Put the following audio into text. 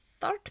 third